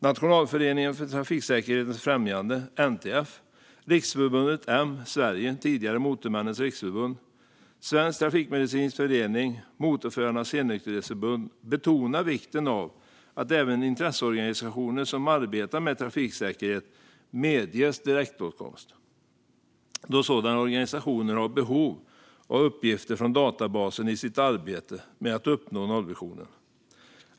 Nationalföreningen för trafiksäkerhetens främjande, NTF, Riksförbundet M Sverige, tidigare Motormännens Riksförbund, Svensk Trafikmedicinsk Förening och Motorförarnas Helnykterhetsförbund betonar vikten av att även intresseorganisationer som arbetar med trafiksäkerhet medges direktåtkomst, då sådana organisationer har behov av uppgifter från databasen i sitt arbete med att uppnå nollvisionen.